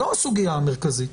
זאת הסוגיה המרכזית.